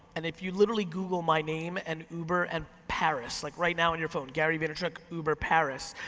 and if you literally google my name and uber and paris, like right now on your phone, gary vaynerchuck, uber, paris,